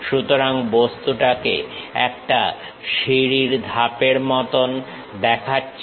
সুতরাং বস্তুটাকে একটা সিঁড়ির ধাপের মতন দেখাচ্ছে